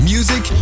Music